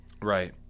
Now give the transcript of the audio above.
Right